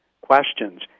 questions